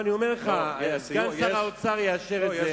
אני אומר לך, סגן שר האוצר יאשר את זה.